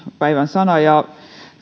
päivän sana ja